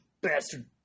bastard